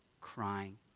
crying